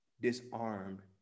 disarm